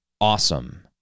awesome